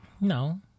No